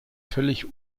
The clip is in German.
völlig